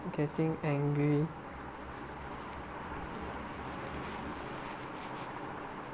okay I think angry